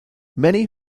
many